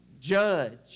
judge